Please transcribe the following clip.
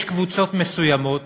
יש קבוצות מסוימות,